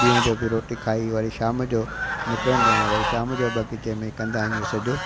ॾींहं जो बि रोटी खाई वरी शाम जो निकिरंदो आहियां वरी शाम जो बाग़ीचे में कंदा आहियूं सॼो